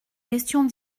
questions